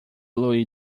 louis